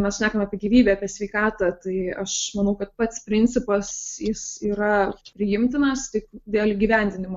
mes šnekame apie gyvybę apie sveikatą tai aš manau kad pats principas jis yra priimtinas tik dėl įgyvendinimo